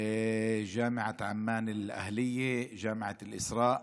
אוניברסיטת אל-אהליה בעמאן, אוניברסיטת אל-אסראא,